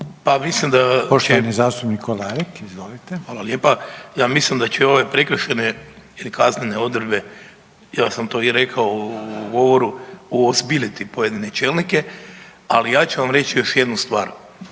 Željko (HDZ)** Poštovani zastupnik Kolarek, izvolite. **Kolarek, Ljubomir (HDZ)** Hvala lijepa. Ja mislim da će ove prekršajne ili kaznene odredbe, ja sam to i rekao u govoru uozbiljiti pojedine čelnike, ali ja ću vam reći još jednu stvar.